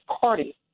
Party